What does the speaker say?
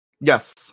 Yes